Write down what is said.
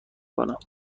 کنم